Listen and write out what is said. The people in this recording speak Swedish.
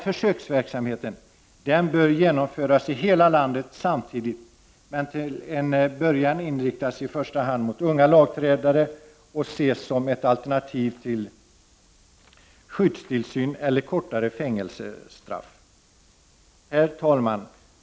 Försöksverksamheten bör genomföras i hela landet samtidigt men till en början i första hand inriktas mot unga lagöverträdare och ses såsom ett alternativ till skyddstillsyn eller kortare fängelsestraff. Herr talman!